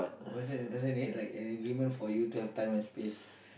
what's that what's that need an agreement for you to have time and space